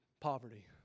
poverty